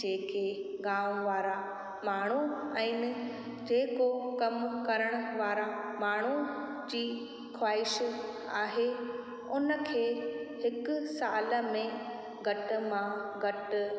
जेके गांव वारा माण्हूं आहिनि जेको कमु करण वारा माण्हू जी ख़्वाइशु आहे उन खे हिक साल में घटि मां घटि